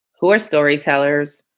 who are storytellers,